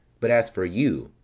but as for you,